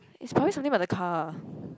is always something about the car